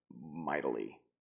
mightily